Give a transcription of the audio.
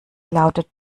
lautet